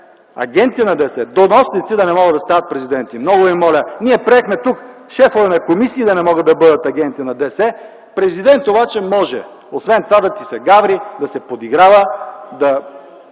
агенти на ДС, доносници да не могат да стават президенти. Много ви моля, ние приехме тук шефове на комисии да не могат да бъдат агенти на ДС, президентът обаче може. Освен това да ти се гаври, да се подиграва,